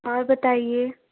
और बताइये